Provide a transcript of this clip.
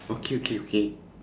okay okay okay